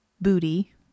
booty